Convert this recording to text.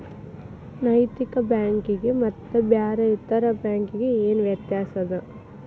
ನೈತಿಕ ಬ್ಯಾಂಕಿಗೆ ಮತ್ತ ಬ್ಯಾರೆ ಇತರೆ ಬ್ಯಾಂಕಿಗೆ ಏನ್ ವ್ಯತ್ಯಾಸದ?